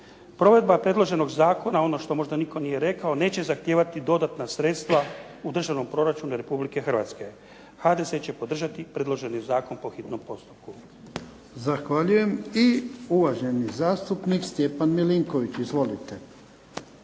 Provedba predloženog zakona, ono što možda nitko nije rekao, neće zahtijevati dodatna sredstva u državnom proračunu Republike Hrvatske. HDZ će podržati predloženi zakon po hitnom postupku. **Jarnjak, Ivan (HDZ)** Zahvaljujem. I uvaženi zastupnik Stjepan Milinković. Izvolite.